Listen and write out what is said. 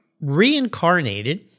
reincarnated